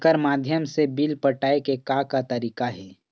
एकर माध्यम से बिल पटाए के का का तरीका हे?